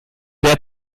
der